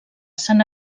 sant